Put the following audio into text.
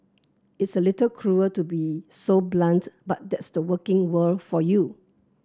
it's a little cruel to be so blunt but that's the working world for you